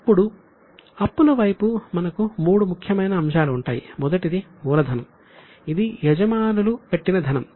అప్పుడు అప్పుల వైపు మనకు మూడు ముఖ్యమైన అంశాలు ఉంటాయి మొదటిది మూలధనం ఇది యజమానులు పెట్టిన ధనం